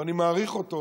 ואני מעריך אותו,